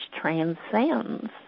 transcends